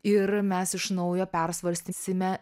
ir mes iš naujo persvarstysime